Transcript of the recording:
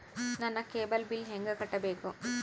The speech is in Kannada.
ನನ್ನ ಕೇಬಲ್ ಬಿಲ್ ಹೆಂಗ ಕಟ್ಟಬೇಕು?